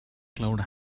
cloud